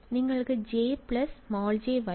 വിദ്യാർത്ഥി നിങ്ങൾക്ക് J jY എഴുതാം അതെ